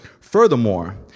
furthermore